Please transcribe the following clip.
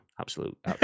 absolute